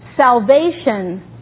Salvation